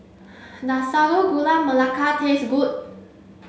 does Sago Gula Melaka taste good